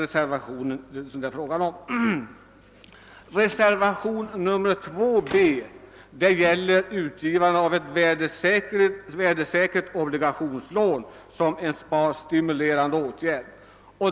Reservation 2 beträffande utskottets hemställan under B gäller utgivande av ett värdefast obligationslån som en sparstimulerande åtgärd.